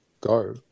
go